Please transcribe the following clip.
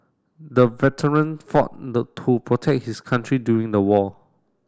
the veteran fought to protect his country during the war